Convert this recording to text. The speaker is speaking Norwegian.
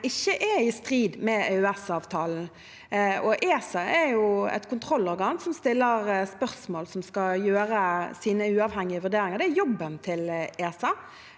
ikke er i strid med EØS-avtalen, og ESA er et kontrollorgan som stiller spørsmål, og som skal gjøre sine uavhengige vurderinger. Det er jobben til ESA,